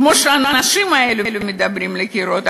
כמו שהאנשים האלה מדברים לקירות.